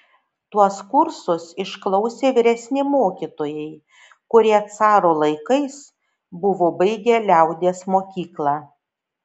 tuos kursus išklausė vyresni mokytojai kurie caro laikais buvo baigę liaudies mokyklą